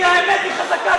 כי האמת היא חזקה,